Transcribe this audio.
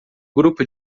grupo